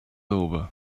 over